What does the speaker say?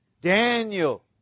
Daniel